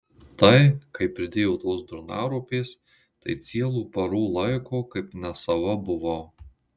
tai kai pridėjo tos durnaropės tai cielų parų laiko kaip nesava buvau